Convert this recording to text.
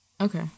Okay